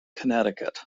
connecticut